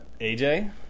AJ